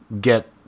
get